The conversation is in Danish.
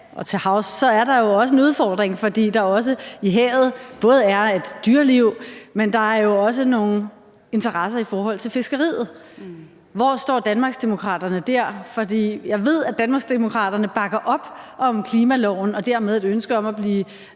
og til havs, er der jo også en udfordring, fordi der også i havet både er et dyreliv, men der er også nogle interesser i forhold til fiskeriet. Hvor står Danmarksdemokraterne dér? Jeg ved, at Danmarksdemokraterne bakker op om klimaloven og dermed et ønske om at nå